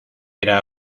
era